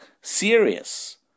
serious